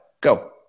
Go